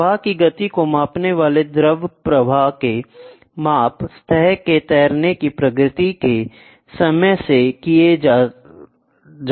प्रवाह की गति को मापने वाले द्रव प्रवाह के माप सतह के तैरने की प्रगति के समय से की जा सकती है